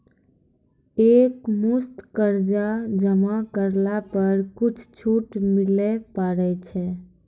एक मुस्त कर्जा जमा करला पर कुछ छुट मिले पारे छै?